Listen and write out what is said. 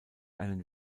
einen